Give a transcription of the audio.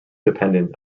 dependent